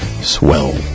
Swell